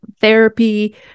therapy